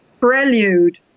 prelude